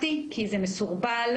אני מקווה שנשמעתי מספיק,